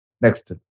Next